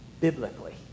biblically